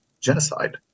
genocide